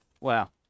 Wow